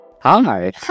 Hi